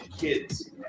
kids